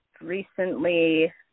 recently